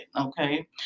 okay